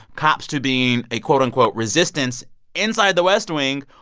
cops to being, a quote, unquote, resistance inside the west wing.